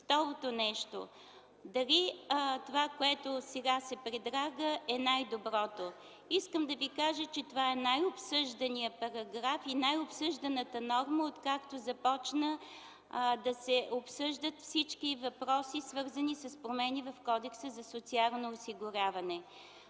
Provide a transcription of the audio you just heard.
Второ – дали това, което сега се предлага, е най-доброто. Искам да кажа, че това е най-обсъжданият параграф и най-обсъжданата норма, откакто започнаха да се обсъждат всички въпроси, свързани с промени в Кодекса за социално осигуряване.